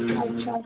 আচ্ছা